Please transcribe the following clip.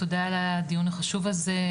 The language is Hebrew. תודה על הדיון החשוב הזה,